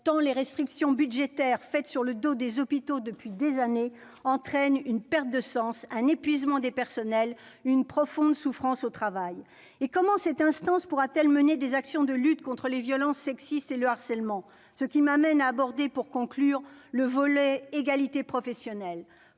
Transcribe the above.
tant les restrictions budgétaires faites sur le dos des hôpitaux depuis des années entraînent une perte de sens, un épuisement des personnels et une profonde souffrance au travail. Comment cette instance pourra-t-elle mener des actions de lutte contre les violences sexistes et le harcèlement ? Cela m'amène à aborder, pour conclure, le volet de ce texte